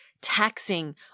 taxing